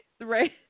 Right